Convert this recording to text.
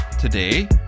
today